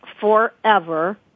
forever